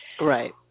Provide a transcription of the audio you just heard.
Right